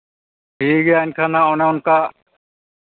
ᱴᱷᱤᱠ ᱜᱮᱭᱟ ᱮᱱᱠᱷᱟᱱ ᱱᱟᱦᱟᱜ ᱚᱱᱮ ᱚᱱᱠᱟ